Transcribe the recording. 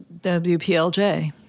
WPLJ